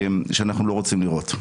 שאנחנו לא רוצים לראות.